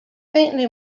faintly